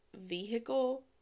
vehicle